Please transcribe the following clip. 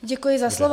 Děkuji za slovo.